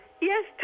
Yes